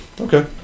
Okay